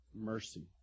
mercy